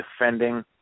defending